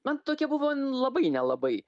man tokia buvo labai nelabai